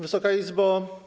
Wysoka Izbo!